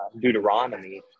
Deuteronomy